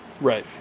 Right